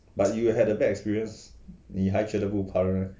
but you have a bad experience 你还不觉得不怕人 meh